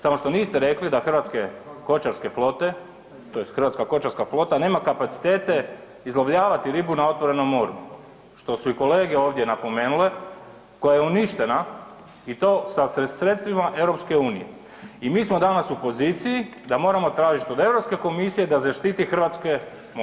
Samo što niste rekli da hrvatske kočarske flote, tj. hrvatska kočarska flota nema kapacitete izlovljavati ribu na otvorenom moru, što su i kolege ovdje napomenule koja je uništena i to sa sredstvima EU i mi smo danas u poziciji da moramo tražiti od EU komisije da zaštiti hrvatske more.